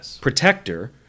protector